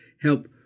help